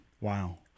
Wow